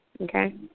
okay